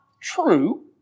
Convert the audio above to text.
true